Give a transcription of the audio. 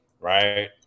right